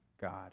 God